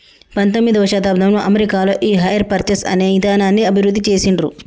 పంతొమ్మిదవ శతాబ్దంలో అమెరికాలో ఈ హైర్ పర్చేస్ అనే ఇదానాన్ని అభివృద్ధి చేసిండ్రు